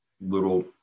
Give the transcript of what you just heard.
little